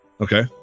Okay